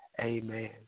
amen